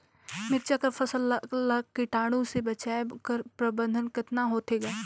मिरचा कर फसल ला कीटाणु से बचाय कर प्रबंधन कतना होथे ग?